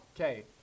Okay